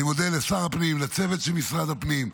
אני מודה לשר הפנים, לצוות של משרד הפנים,